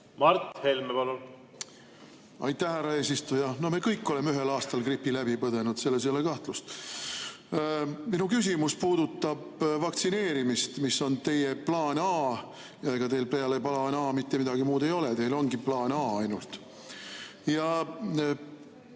Mart Helme, palun! Aitäh, härra eesistuja! No me kõik oleme ühel aastal gripi läbi põdenud, selles ei ole kahtlust. Minu küsimus puudutab vaktsineerimist. Mis on teie plaan A? Ega teil peale plaan A mitte midagi muud ei olegi, teil on ainult